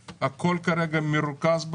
לקחנו את כל נושא ההכשרות,